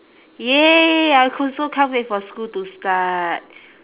!yay! I c~ also can't wait for school to start